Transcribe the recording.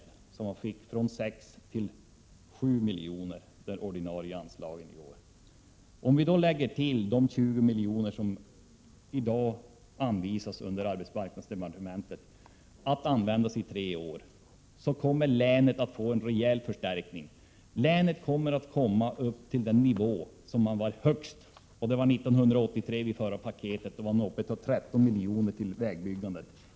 Det ordinarie anslaget höjdes från 6 till 7 milj.kr. Med de ytterligare 20 milj.kr. som i dag anvisas under arbetsmarknadsdepartementet att användas i tre år kommer länet att få en rejäl förstärkning. Länet kommer därmed upp till 1983 års anslagsnivå, den hittills högsta. I samband med förra Norrbottenspaketet var anslaget till vägbyggande då uppe i 13 milj.kr.